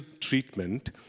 treatment